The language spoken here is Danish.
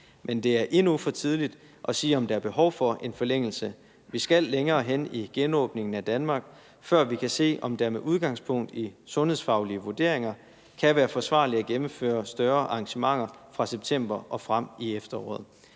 Men det er endnu for tidligt at sige, om der er behov for en forlængelse. Vi skal længere hen i genåbningen af Danmark, før vi kan se, om det med udgangspunkt i sundhedsfaglige vurderinger kan være forsvarligt at gennemføre større arrangementer fra september og frem i efteråret.